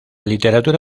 literatura